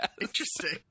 Interesting